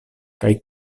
kaj